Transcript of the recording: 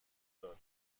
دار